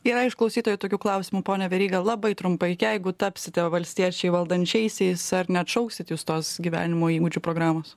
yra iš klausytojų tokių klausimų pone veryga labai trumpai jeigu tapsite valstiečiai valdančiaisiais ar neatšauksit jūs tos gyvenimo įgūdžių programos